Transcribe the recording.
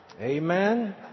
amen